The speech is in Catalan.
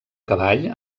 cavall